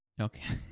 Okay